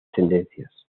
tendencias